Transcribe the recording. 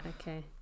okay